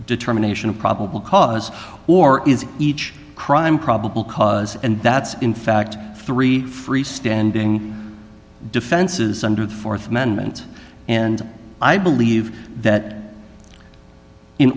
determination of probable cause or is each crime probable cause and that's in fact three freestanding defenses under the th amendment and i believe that in